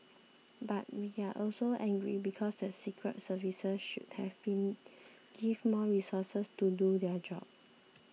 but we are also angry because the secret services should have been give more resources to do their job